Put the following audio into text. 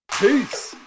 peace